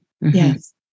Yes